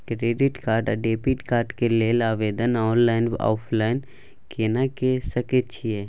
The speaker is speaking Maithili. क्रेडिट कार्ड आ डेबिट कार्ड के लेल आवेदन ऑनलाइन आ ऑफलाइन केना के सकय छियै?